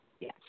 Yes